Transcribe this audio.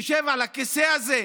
שתשב על הכיסא הזה?